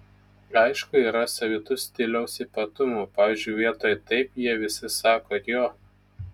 aišku yra savitų stiliaus ypatumų pavyzdžiui vietoj taip jie visi sako jo